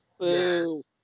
yes